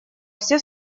все